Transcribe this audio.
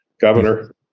Governor